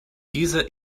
diese